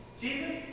Jesus